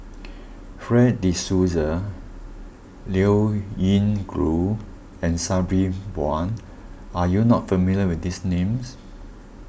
Fred De Souza Liao Yingru and Sabri Buang are you not familiar with these names